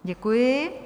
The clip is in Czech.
Děkuji.